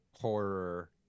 horror